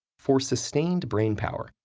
for sustained brain power,